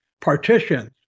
partitions